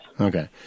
Okay